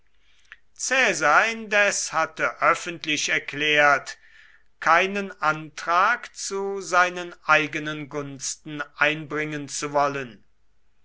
caesar indes hatte öffentlich erklärt keinen antrag zu seinen eigenen gunsten einbringen zu wollen